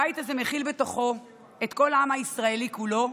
הבית הזה מכיל בתוכו את כל העם הישראלי כולו.